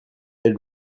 elle